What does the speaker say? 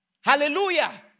Hallelujah